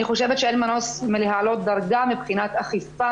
אני חושבת שאין מנוס מלהעלות דרגה מבחינת אכיפה,